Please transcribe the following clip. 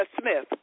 smith